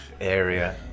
area